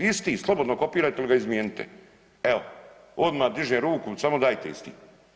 Isti, slobodno kopirajte ili ga izmijenite, evo odmah dižem ruku samo dajte isti.